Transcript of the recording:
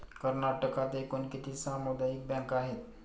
कर्नाटकात एकूण किती सामुदायिक बँका आहेत?